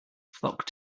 flock